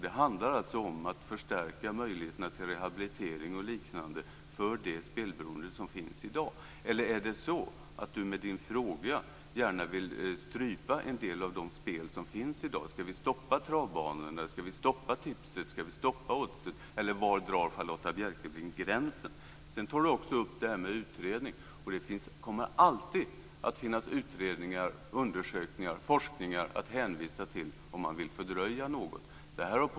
Det handlar alltså om att förstärka möjligheterna till rehabilitering och liknande för det spelberoende som finns i dag. Är det möjligen så att Charlotta Bjälkebring med sin fråga gärna vill strypa en del av de spel som finns i dag? Skall vi stoppa travbanorna? Skall vi stoppa Tipset, Oddset, eller var drar Charlotta Bjälkebring gränsen? Charlotta Bjälkebring tar upp utredningen. Det kommer alltid att finnas utredningar, undersökningar och forskning att hänvisa till om man vill fördröja något.